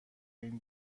این